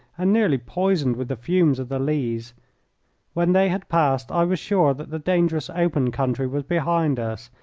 and nearly poisoned with the fumes of the lees when they had passed, i was sure that the dangerous open country was behind us,